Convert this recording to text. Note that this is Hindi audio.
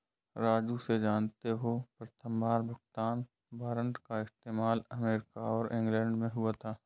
राजू से जानते हो प्रथमबार भुगतान वारंट का इस्तेमाल अमेरिका और इंग्लैंड में हुआ था